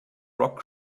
rock